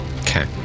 Okay